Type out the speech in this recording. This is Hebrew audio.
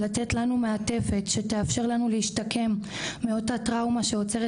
לתת לנו מעטפת שתאפשר לנו להשתקם מאותה טראומה שעוצרת